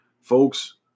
folks